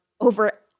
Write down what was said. over